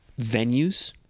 venues